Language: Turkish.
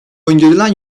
öngörülen